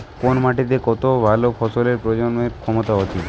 কোন মাটিতে কত ভালো ফসলের প্রজনন ক্ষমতা হতিছে